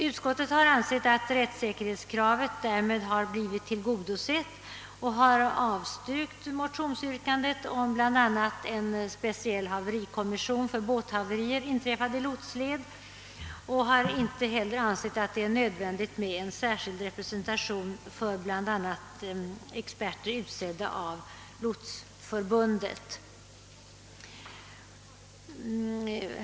Utskottet har ansett att rättssäkerhetskravet därmed har blivit tillgodosett och har avstyrkt motionsyrkandet om bl.a. en speciell haverikommission för båthaverier, inträffade i lotsled, och har inte heller ansett det nödvändigt med en särskild representation för bl.a. experter, utsedda av lotsförbundet.